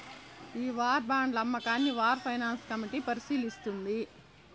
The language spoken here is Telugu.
ఈ వార్ బాండ్ల అమ్మకాన్ని వార్ ఫైనాన్స్ కమిటీ పరిశీలిస్తుంది